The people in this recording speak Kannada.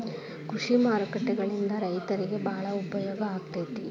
ಕೃಷಿ ಮಾರುಕಟ್ಟೆಗಳಿಂದ ರೈತರಿಗೆ ಬಾಳ ಉಪಯೋಗ ಆಗೆತಿ